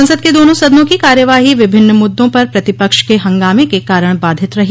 संसद के दोनों सदनों की कार्यवाही विभिन्न मुद्दों पर प्रतिपक्ष के हंगामे के कारण बाधित रही